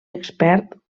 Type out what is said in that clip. expert